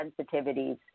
sensitivities